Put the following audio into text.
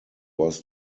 was